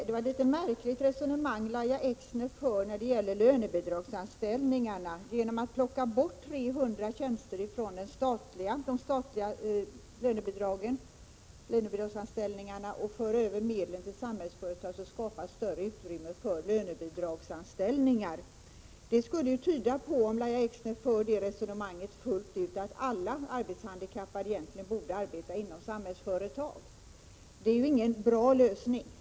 Herr talman! Lahja Exner för ett något märkligt resonemang när det gäller lönebidragsanställningarna. Hon menar att man genom att plocka bort 300 tjänster från de statliga lönebidragsanställningarna och föra över medel till Samhällsföretag skapar större utrymme för lönebidragsanställningar. Om Lahja Exner för detta resonemang fullt ut skulle det betyda att alla arbetshandikappade egentligen borde arbeta inom Samhällsföretag. Men det är ju ingen bra lösning.